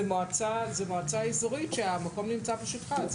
זאת מועצה אזורית שהמקום נמצא בשטחה.